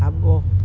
खाॿो